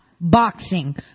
boxing